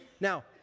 Now